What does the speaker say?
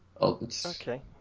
Okay